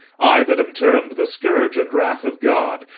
i that am term'd the scourge and wrath of god,